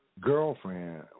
girlfriend